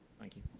thank you.